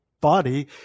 body